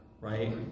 right